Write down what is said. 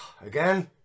again